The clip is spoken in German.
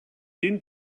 den